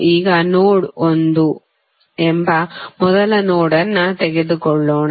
ಈಗ ನೋಡ್ ಒಂದು ಎಂಬ ಮೊದಲ ನೋಡ್ ಅನ್ನು ತೆಗೆದುಕೊಳ್ಳೋಣ